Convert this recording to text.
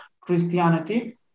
Christianity